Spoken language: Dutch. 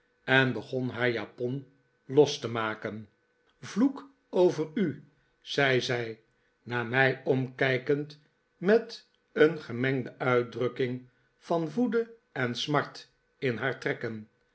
en begon haar japon los te maken vloek over u zei zij naar mij omkijkend met een gemengde uitdrukking van woede en smart in haar trekken